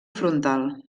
frontal